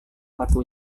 kartu